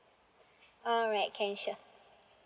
all right can sure